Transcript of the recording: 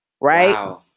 right